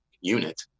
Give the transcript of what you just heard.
unit